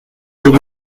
zéro